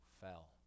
fell